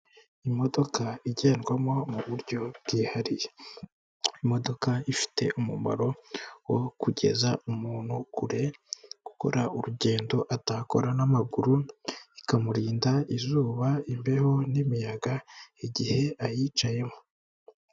Imodoka igendwamo mu buryo bwihariye, imodoka ifite umumaro wo kugeza umuntu kure gukora urugendo atakora n'amaguru ikamurinda izuba, imbeho n'imiyaga igihe ayicayemo.